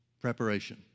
preparation